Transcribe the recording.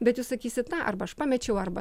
bet jūs sakysit na arba aš pamečiau arba